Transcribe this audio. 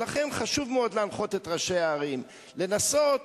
לכן חשוב מאוד להנחות את ראשי הערים, לנסות